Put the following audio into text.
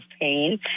pain